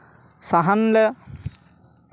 ᱥᱟᱦᱟᱱ ᱞᱮ